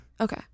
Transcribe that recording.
Okay